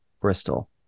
Bristol